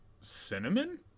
cinnamon